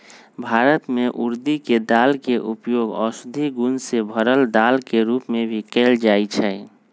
भारत में उर्दी के दाल के उपयोग औषधि गुण से भरल दाल के रूप में भी कएल जाई छई